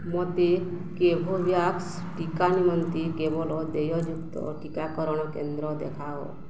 ମୋତେ କୋଭୋଭ୍ୟାକ୍ସ ଟିକା ନିମନ୍ତେ କେବଳ ଦେୟଯୁକ୍ତ ଟିକାକରଣ କେନ୍ଦ୍ର ଦେଖାଅ